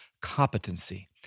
competency